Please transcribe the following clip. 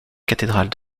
cathédrale